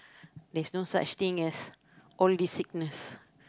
there's no such thing as all this sickness